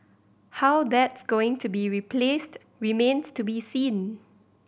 how that's going to be replaced remains to be seen